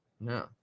No